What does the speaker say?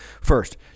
First